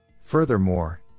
Furthermore